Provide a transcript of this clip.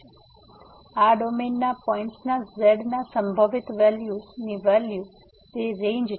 તેથી આ ડોમેનના પોઇન્ટ્સના z ના સંભવિત વેલ્યુસ ની વેલ્યુ તે રેંજ છે